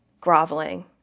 groveling